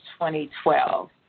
2012